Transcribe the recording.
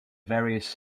various